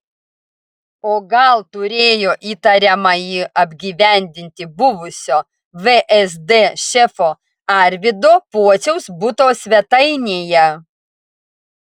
o gal turėjo įtariamąjį apgyvendinti buvusio vsd šefo arvydo pociaus buto svetainėje